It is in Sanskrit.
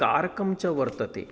कारकं च वर्तते